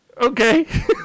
Okay